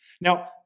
Now